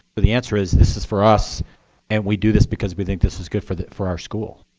but the answer is, this is for us and we do this because we think this is good for for our schools.